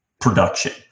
production